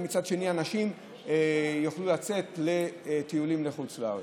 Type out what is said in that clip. כשמצד שני אנשים יוכלו לצאת לטיולים לחוץ לארץ.